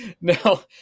No